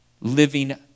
living